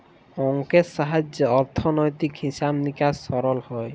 অংকের সাহায্যে অথ্থলৈতিক হিছাব লিকাস সরল হ্যয়